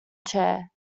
chair